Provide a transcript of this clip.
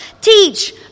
Teach